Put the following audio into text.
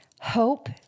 hope